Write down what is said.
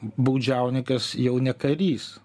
baudžiauninkas jau ne karys